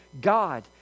God